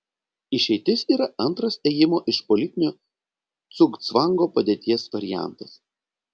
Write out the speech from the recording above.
išeitis yra antras ėjimo iš politinio cugcvango padėties variantas